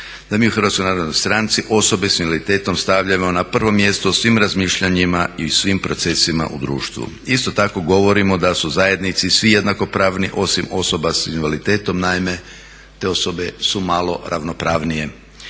da mi u HNS-u osobe s invaliditetom stavljamo na prvo mjesto u svim razmišljanjima i u svim procesima u društvu. Isto tako govorimo da su u zajednici svi jednakopravni osim osoba s invaliditetom, naime te osobe su malo ravnopravnije.